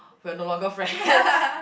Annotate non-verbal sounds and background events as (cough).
we're no longer friends (laughs)